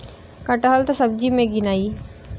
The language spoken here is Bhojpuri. कटहल त सब्जी मे गिनाई